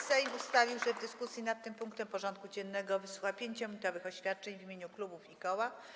Sejm ustalił, że w dyskusji nad tym punktem porządku dziennego wysłucha 5-minutowych oświadczeń w imieniu klubów i koła.